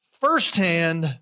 Firsthand